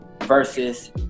versus